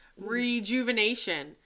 Rejuvenation